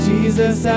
Jesus